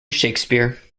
shakespeare